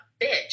bitch